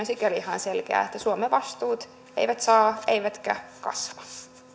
sikäli ihan selkeä että suomen vastuut eivät saa kasvaa eivätkä kasva